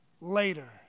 later